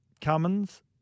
Cummins